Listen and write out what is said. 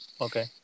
okay